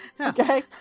okay